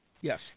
Yes